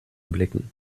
blicken